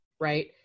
right